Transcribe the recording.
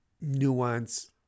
nuance